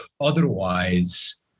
otherwise